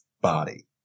body